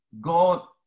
God